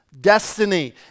destiny